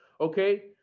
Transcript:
Okay